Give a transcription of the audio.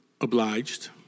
obliged